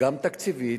גם תקציבית,